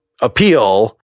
appeal